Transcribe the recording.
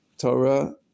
Torah